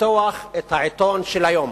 לפתוח את העיתון של היום.